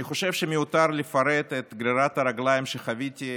אני חושב שמיותר לפרט את גרירת הרגליים שחוויתי,